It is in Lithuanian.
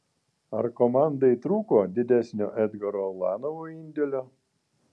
ar komandai trūko didesnio edgaro ulanovo indėlio